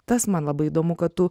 tas man labai įdomu kad tu